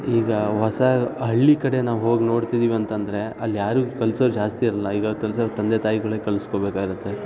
ಈಗ ಹೊಸ ಹಳ್ಳಿ ಕಡೆ ನಾವು ಹೋಗಿ ನೋಡ್ತಿದ್ದೀವಿ ಅಂತ ಅಂದ್ರೆ ಅಲ್ಲಿ ಯಾರು ಕಲ್ಸೋರು ಜಾಸ್ತಿ ಇರೋಲ್ಲ ಈಗ ಕಲ್ಸೋರು ತಂದೆ ತಾಯಿಗಳೇ ಕಳ್ಸ್ಕೊಳ್ಬೇಕಾಗಿರುತ್ತೆ